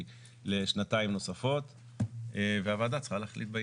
לשנתיים נוספות והוועדה צריכה להחליט בעניין.